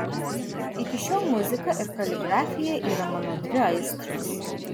iki šiol muzika ir kaligrafija yra mano dvi aistros